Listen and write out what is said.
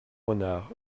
renard